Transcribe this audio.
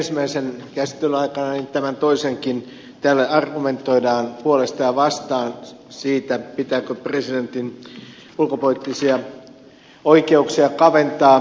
kuten ensimmäisen niin tämän toisenkin käsittelyn aikana täällä argumentoidaan puolesta ja vastaan pitääkö presidentin ulkopoliittisia oikeuksia kaventaa